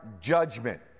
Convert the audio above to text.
judgment